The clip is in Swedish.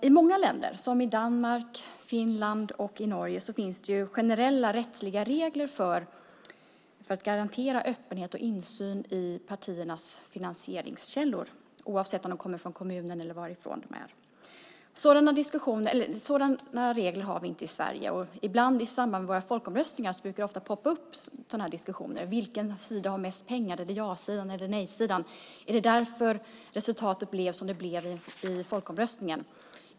I många länder, som i Danmark, Finland och Norge, finns det generella rättsliga regler för att garantera öppenhet och insyn i partiernas finansieringskällor, oavsett om det kommer från kommunen eller någon annan. Sådana regler har vi inte i Sverige. I samband med våra folkomröstningar poppar det ibland upp sådana här diskussioner. Vilken sida har mest pengar? Är det ja-sidan eller nej-sidan? Är det därför resultatet blev som det blev i folkomröstningen?